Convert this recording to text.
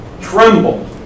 tremble